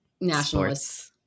nationalists